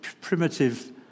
primitive